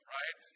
right